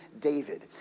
David